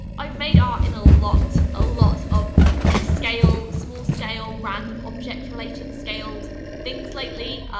i've made art in a lot, a lot of like, big scale, small scale, random object-related scaled things lately.